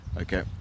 Okay